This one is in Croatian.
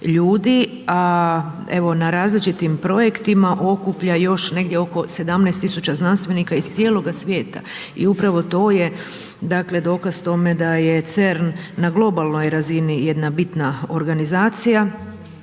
na različitim projektima okuplja još negdje oko 17 tisuća znanstvenika iz cijeloga svijeta. I upravo to je dakle dokaz tome da je CERN na globalnoj razini jedna bitna organizacija.